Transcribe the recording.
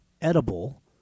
edible